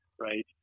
right